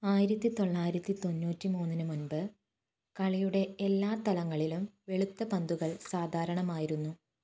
ആയിരത്തി തൊള്ളായിരത്തി തൊണ്ണൂറ്റി മൂന്നിനു മുമ്പ് കളിയുടെ എല്ലാ തലങ്ങളിലും വെളുത്ത പന്തുകൾ സാധാരണമായിരുന്നു